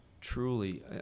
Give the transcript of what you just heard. truly